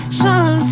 sun